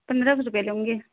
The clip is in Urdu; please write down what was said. پندرہ سو روپیہ لوں گی